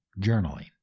journaling